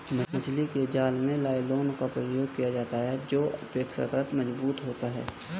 मछली के जाल में नायलॉन का प्रयोग किया जाता है जो अपेक्षाकृत मजबूत होती है